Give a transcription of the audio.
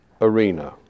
arena